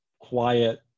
quiet